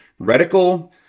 reticle